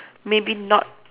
maybe not